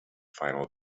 final